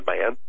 man